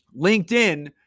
LinkedIn